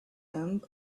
end